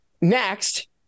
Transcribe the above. Next